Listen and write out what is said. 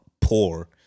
poor